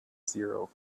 zero